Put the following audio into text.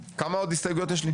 כמה עוד הסתייגויות יש לי?